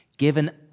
given